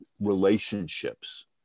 relationships